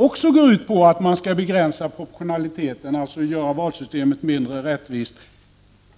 Också det går ut på att begränsa proportionaliteten och alltså göra valsystemet mindre rättvist i